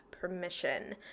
permission